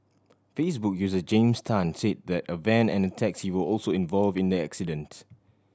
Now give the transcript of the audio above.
Facebook user James Tan said that a van and a taxi were also involved in the accident